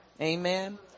Amen